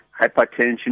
hypertension